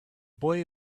boy